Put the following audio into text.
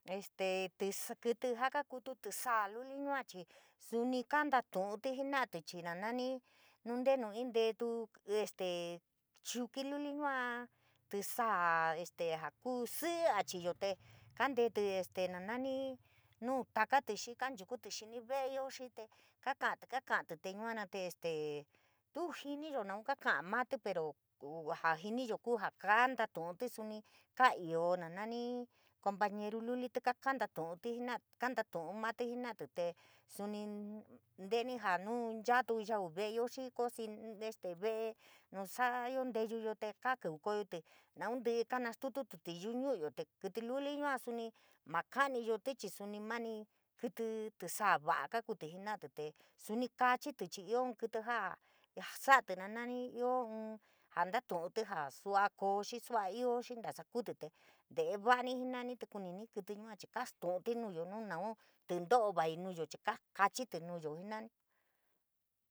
Este tts kítíí jaa kakuutu tísaa luli yua chii suni kantatu'utí jina'atí chii na nani nuu ntenu inteetu íí stee chuki luli yua tísaa este jaa kuu síí a chiyo tee kanteetí stee na nani nuu takate xii canchukutí xini ve'eyo xii te kaaka'atí, kaaka'atí tee yuana te ste tuu jiniyo naun kaka'atí maatí pero koo va'a jaa jiniyo kuu jaa kantatu'utí suni kaa io naa nani compañeru lulití kaa kantatu'utí jena'atí, kantatuún matí jena'atí tee suni tee ni jaa nuu nchaatu yau ve'eyo xii stee ve'e nuu sa'ayo nteyuyo tee kakukoyotí naun tí'í kanastututí yuu ñu'uyo te kíluli yua suni maa ka'aniyotí, chii suni mani kítí tísaa va'a kuutí jena'atí tee suni kaachití, chii io in kítí jaa sa'atí jaa nani io íín jaa natu'utí jaa sua koo, xii sua ioo xii ntasakutítí tee va'ani jii na'ani tee kuunini kítí yua chii kastu'untí nuuyo nu naun tínto'o vaii nuyo chii kakachití nuyo jena'ani.